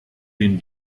been